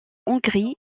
hongrie